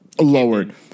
Lowered